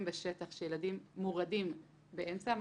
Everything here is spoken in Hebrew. בשטח כאשר ילדים מורדים באמצע המסלול.